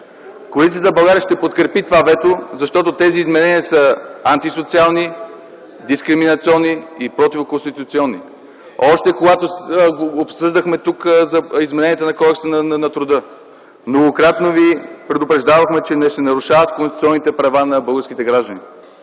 Коалиция за България ще подкрепи това вето, защото тези изменения са антисоциални, дискриминационни и противоконституционни. Още когато обсъждахме тук измененията на Кодекса на труда, многократно ви предупреждавахме, че се нарушават конституционните права на българските граждани.